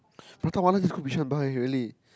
Prata-Wala just go Bishan buy really